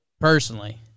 personally